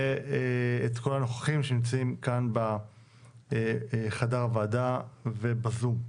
ואת כל הנוכחים שנמצאים כאן בחדר הוועדה ובזום.